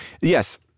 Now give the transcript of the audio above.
yes